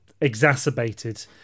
exacerbated